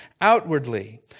outwardly